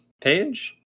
page